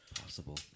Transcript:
Possible